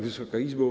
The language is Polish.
Wysoka Izbo!